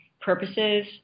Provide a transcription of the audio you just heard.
purposes